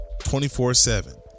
24-7